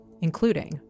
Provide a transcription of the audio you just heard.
including